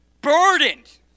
burdened